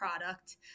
product